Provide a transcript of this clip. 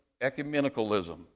ecumenicalism